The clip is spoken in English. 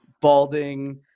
balding